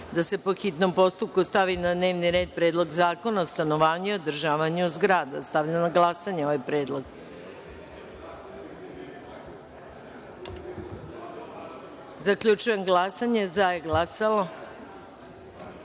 da se po hitnom postupku stavi na dnevni red Predlog zakona o stanovanju i održavanju zgrada. Stavljam na glasanje ovaj Predlog. Zaključujem glasanje: za – jedan,